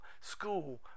school